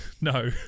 no